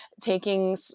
taking